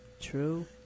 true